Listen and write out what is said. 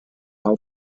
how